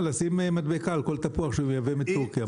לשים מדבקה על כל תפוח שהוא מייבא מטורקיה.